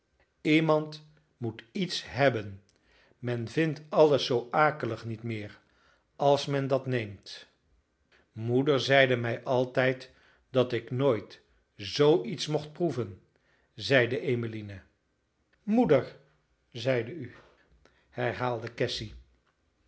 iemand moet iets hebben men vindt alles zoo akelig niet meer als men dat neemt moeder zeide mij altijd dat ik nooit zoo iets mocht proeven zeide emmeline moeder zeide u herhaalde cassy